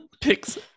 picks